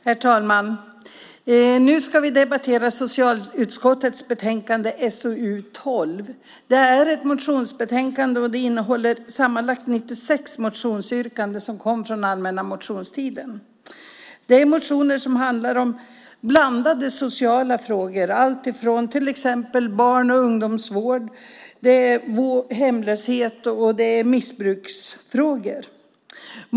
Herr talman! Nu ska vi debattera socialutskottets betänkande SoU12. Det är ett motionsbetänkande och det innehåller sammanlagt 96 motionsyrkanden från den allmänna motionstiden. Det är motioner som handlar om blandade sociala frågor, alltifrån barn och ungdomsvård till hemlöshet och missbruksfrågor.